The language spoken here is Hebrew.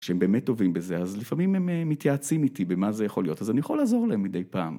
שהם באמת טובים בזה, אז לפעמים הם מתייעצים איתי במה זה יכול להיות, אז אני יכול לעזור להם מדי פעם.